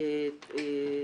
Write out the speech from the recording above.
הנושא העיקרי,